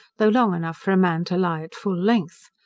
though long enough for a man to lie at full length.